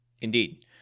Indeed